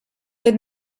had